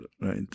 right